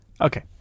Okay